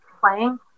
playing